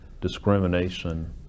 discrimination